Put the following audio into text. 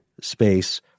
space